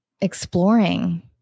exploring